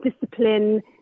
discipline